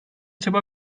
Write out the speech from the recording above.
çaba